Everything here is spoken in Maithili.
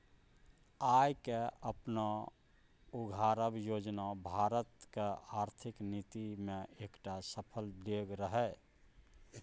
आय केँ अपने उघारब योजना भारतक आर्थिक नीति मे एकटा सफल डेग रहय